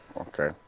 Okay